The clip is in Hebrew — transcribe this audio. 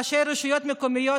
ראשי רשויות מקומיות,